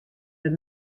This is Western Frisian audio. der